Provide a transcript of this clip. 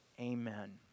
amen